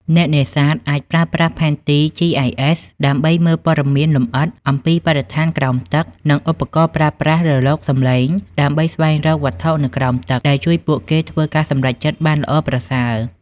អ្នកនេសាទអាចប្រើប្រាស់ផែនទី GIS ដើម្បីមើលព័ត៌មានលម្អិតអំពីបរិស្ថានក្រោមទឹក និង ឧបករណ៍ប្រើប្រាស់រលកសំឡេងដើម្បីស្វែងរកវត្ថុនៅក្រោមទឹក ដែលជួយពួកគេធ្វើការសម្រេចចិត្តបានល្អប្រសើរ។